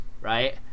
right